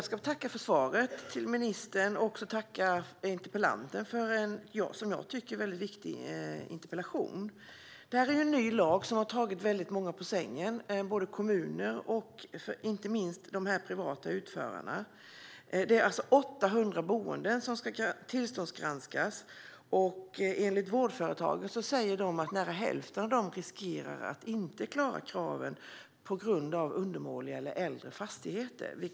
Fru talman! Jag vill tacka ministern för svaret och även tacka interpellanten för en, enligt mig, viktig interpellation. Det här är en ny lag som har tagit många, kommuner och inte minst de privata utförarna, på sängen. Det är alltså 800 boenden som ska tillståndsgranskas. Enligt vårdföretagen riskerar närmare hälften av boendena att inte klara kraven, på grund av att fastigheterna är undermåliga eller äldre.